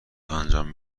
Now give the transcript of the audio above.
انجام